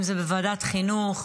אם זה בוועדת החינוך,